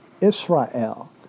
Israel